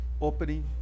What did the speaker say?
opening